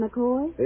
McCoy